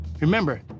Remember